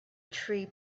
tree